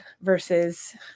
Versus